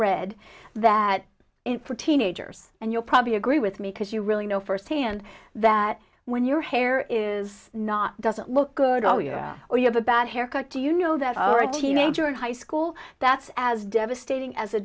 read that for teenagers and you'll probably agree with me because you really know first hand that when your hair is not doesn't look good all year or you have a bad haircut do you know that over a teenager in high school that's as devastating as a